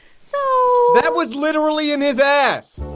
so that was literally in his ass!